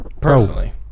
Personally